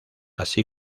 así